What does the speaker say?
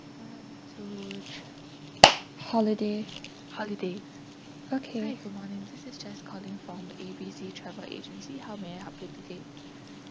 holiday okay